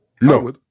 No